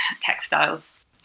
textiles